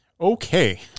Okay